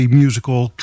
musical